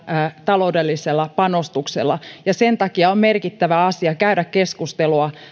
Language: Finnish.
taloudellisella panostuksella ja sen takia on merkittävä asia käydä keskustelua